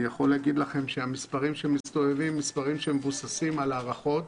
אני יכול להגיד לכם שהמספרים שמסתובבים הם מספרים שמבוססים על הערכות.